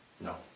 No